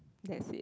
that's it